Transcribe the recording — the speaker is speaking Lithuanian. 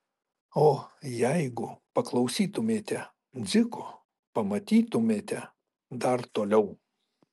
o jeigu paklausytumėte dziko pamatytumėte dar toliau